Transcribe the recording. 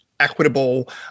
equitable